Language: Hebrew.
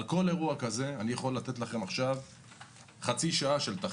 על כל אירוע כזה אני יכול לתת לכם חצי שעה של תחקיר.